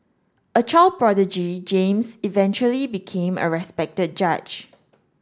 a child prodigy James eventually became a respected judge